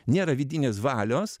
nėra vidinės valios